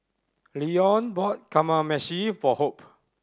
Leone bought Kamameshi for Hope